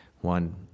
one